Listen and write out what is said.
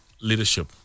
leadership